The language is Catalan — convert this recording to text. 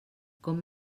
com